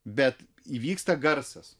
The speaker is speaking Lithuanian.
bet įvyksta garsas